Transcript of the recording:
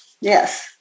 yes